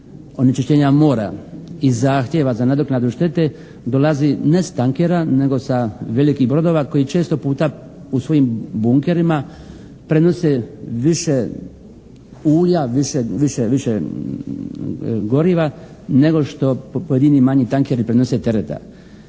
onečišćenja mora i zahtjeva za nadoknadu štete dolazi ne s tankera nego sa velikih brodova koji često puta u svojim bunkerima prenose više ulja, više goriva nego što pojedini manji tankeri prenose tereta.